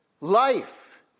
life